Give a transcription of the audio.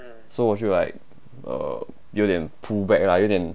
so 我就 like uh 有点 pull back lah 有点